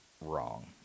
wrong